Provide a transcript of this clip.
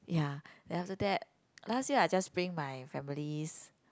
ya then after that last year I just bring my families